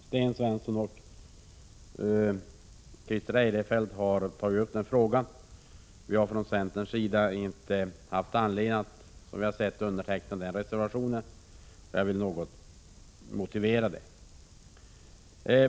Sten Svensson och Christer Eirefelt har tagit upp den frågan. Vi har från centerns sida inte haft anledning att underteckna den reservation som avgivits i den frågan. Jag vill något motivera det.